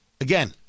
Again